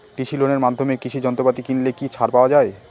কৃষি লোনের মাধ্যমে কৃষি যন্ত্রপাতি কিনলে কি ছাড় পাওয়া যায়?